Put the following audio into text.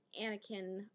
Anakin